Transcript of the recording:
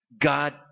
God